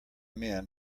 men